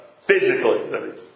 Physically